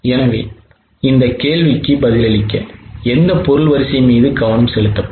எனவே இந்த கேள்விக்கு பதிலளிக்க எந்த பொருள் வரிசை மீது கவனம் செலுத்தப்படும்